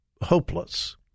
hopeless